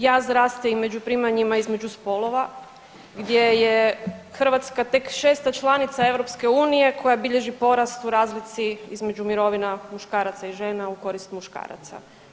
Jaz raste i među primanjima između spolova, gdje je Hrvatska tek 6. članica Europske unije koja bilježi porast u razlici između mirovina muškaraca i žena u korist muškaraca.